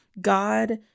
God